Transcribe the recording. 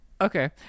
Okay